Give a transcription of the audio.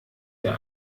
der